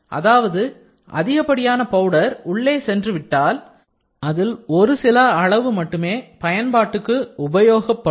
அதாவது அதிகப்படியான பவுடர் உள்ளே சென்றுவிட்டால் அதில் ஒரு சில அளவு மட்டுமே பயன்பாட்டுக்கு உபயோகப்படும்